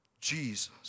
Jesus